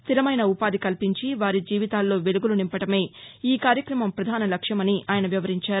స్టిరమైన ఉపాధి కల్పించి వారి జీవితాల్లో వెలుగులు నింపదమే ఈ కార్యక్రమం పధాన లక్ష్యమమని ఆయన వివరించారు